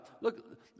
Look